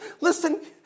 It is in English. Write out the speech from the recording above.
Listen